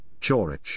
Chorich